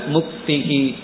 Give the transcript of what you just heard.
Mukti